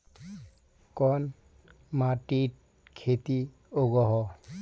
कोन माटित खेती उगोहो?